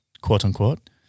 quote-unquote